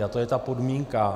A to je ta podmínka.